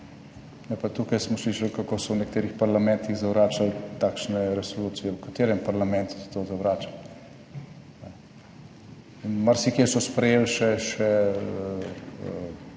tukaj smo slišali kako so v nekaterih parlamentih zavračali takšne resolucije. V katerem parlamentu so to zavračali? Marsikje so sprejeli še